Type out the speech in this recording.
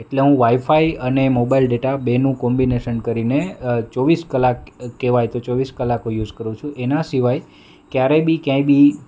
એટલે હું વાઈફાઈ અને મોબાઈલ ડેટા બેનું કોમ્બિનેશન કરીને ચોવીસ કલાક કહેવાય તો ચોવીસ કલાક હું યુઝ કરું છું એનાં સિવાય કયારે બી ક્યાંય બી